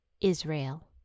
Israel